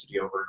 over